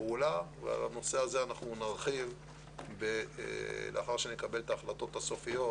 פעולה ועל הנושא הזה אנחנו נרחיב לאחר שנקבל את ההחלטות הסופיות,